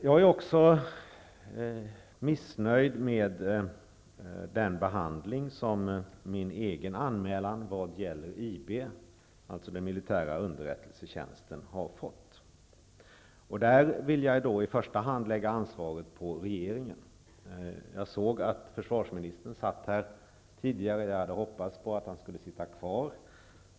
Jag är också missnöjd med den behandling som min egen anmälan vad gäller IB, dvs. den militära underrättelsetjänsten, har fått. Där vill jag i första hand lägga ansvaret på regeringen. Jag såg att försvarsministern satt här tidigare. Jag hade hoppats att han skulle sitta kvar.